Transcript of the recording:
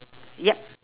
yup